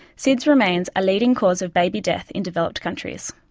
sids remains a leading cause of baby death in developed countries.